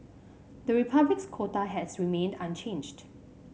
the Republic's quota has remained unchanged